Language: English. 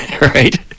right